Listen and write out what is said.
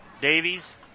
Davies